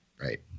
Right